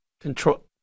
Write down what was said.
control